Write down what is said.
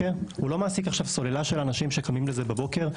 הוא לא מעסיק סוללה של אנשים שקמים לזה בבוקר.